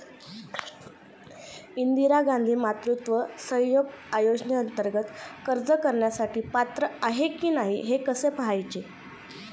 इंदिरा गांधी मातृत्व सहयोग योजनेअंतर्गत अर्ज करण्यासाठी पात्र आहे की नाही हे कसे पाहायचे?